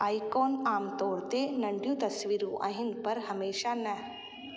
icon आमतौरू ते नंढयूं तस्वीरूं आहिनि पर हमेशह न